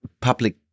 public